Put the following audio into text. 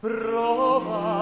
Prova